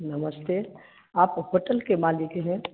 नमस्ते आप होटल के मालिक है